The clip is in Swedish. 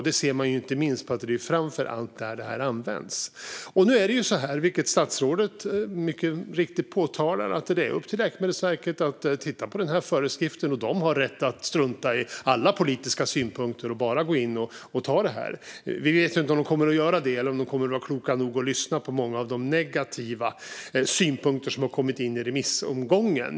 Det ser man inte minst på att det framför allt är där som det här används. Statsrådet påpekade mycket riktigt att det är upp till Läkemedelsverket att titta på den här föreskriften. De har rätt att strunta i alla politiska synpunkter och bara besluta detta. Vi vet inte om de kommer att göra det eller om de kommer att vara kloka nog att lyssna på de många negativa synpunkter som har kommit in i remissomgången.